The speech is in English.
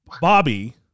Bobby